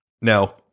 no